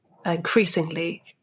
increasingly